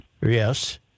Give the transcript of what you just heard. Yes